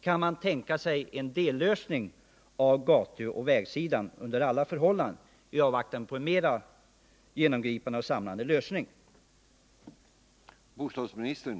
Kan man tänka sig en dellösning när det gäller gator och vägar i avvaktan på en mera genomgripande och samlande lösning?